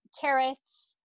carrots